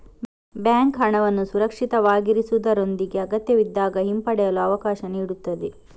bank ಹಣವನ್ನು ಸುರಕ್ಷಿತವಾಗಿರಿಸುವುದರೊಂದಿಗೆ ಅಗತ್ಯವಿದ್ದಾಗ ಹಿಂಪಡೆಯಲು ಅವಕಾಶ ನೀಡುತ್ತದೆ